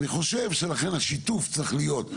ואני חושב שלכן השיתוף צריך להיות,